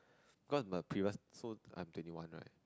cause the previous so I am twenty one right